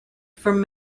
from